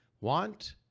want